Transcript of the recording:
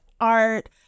art